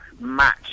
match